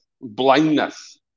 blindness